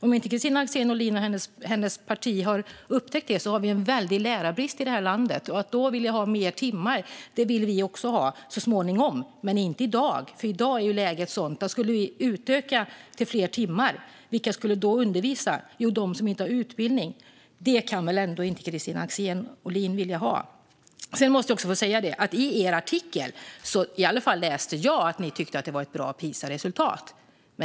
Om inte Kristina Axén Olin och hennes parti har upptäckt det så har vi en stor lärarbrist här i landet, och då vill man ha fler timmar. Det vill vi också ha så småningom, men inte i dag. Om vi skulle utöka med fler timmar så som läget är i dag, vilka skulle då undervisa? Det blir de som inte har utbildning. Detta kan väl Kristina Axén Olin ändå inte vilja? Jag måste också få säga en sak. I er artikel, Kristina Axén Olin, läste i alla fall jag att ni tyckte att det var ett bra PISA-resultat.